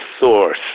source